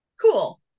cool